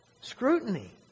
scrutiny